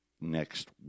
next